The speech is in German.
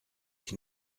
ich